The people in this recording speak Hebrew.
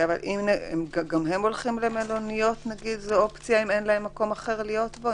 גם להם יש אופציה של מלוניות אם אין להם מקום אחר להיות בו?